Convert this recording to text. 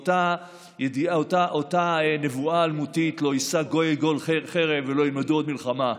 ואותה נבואה אלמותית: "לא ישא גוי אל גוי חרב ולא ילמדו עוד מלחמה".